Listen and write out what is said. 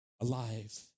alive